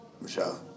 Michelle